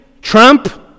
Trump